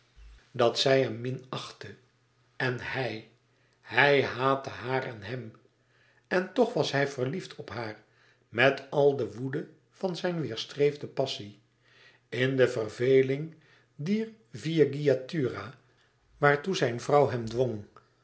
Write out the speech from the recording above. dat zij hem minachtte en hij hij haatte haar en hem en toch was hij verliefd op haar met al de woede van zijn weêrstreefde passie in de verveling dier villigiatura waartoe zijn vrouw hem